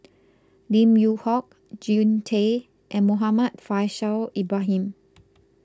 Lim Yew Hock Jean Tay and Muhammad Faishal Ibrahim